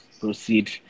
proceed